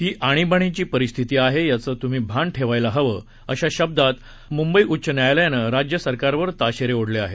ही आणिबाणीची परिस्थीती आहे याचे तूम्ही भान ठेवायला हवे अशा शब्दात आज मुंबई उच्च न्यायालयाने राज्य सरकारवर ताशेरे ओढले आहे